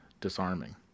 disarming